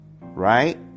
Right